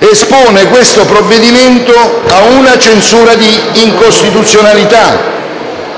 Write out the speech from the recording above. espone questo provvedimento ad una censura di incostituzionalità,